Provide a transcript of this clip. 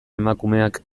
emakumeak